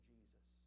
Jesus